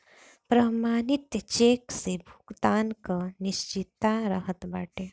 प्रमाणित चेक से भुगतान कअ निश्चितता रहत बाटे